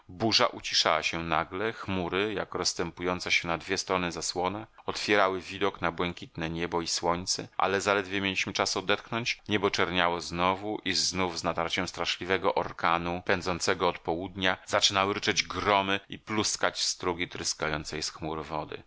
burza uciszała się nagle chmury jak rozstępująca się na dwie strony zasłona otwierały widok na błękitne niebo i słońce ale zaledwie mieliśmy czas odetchnąć niebo czerniało znowu i znów z natarciem straszliwego orkanu pędzącego od południa zaczynały ryczeć gromy i pluskać strugi tryskającej z chmur wody